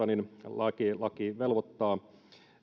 laki laki velvoittaa